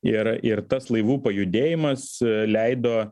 ir ir tas laivų pajudėjimas leido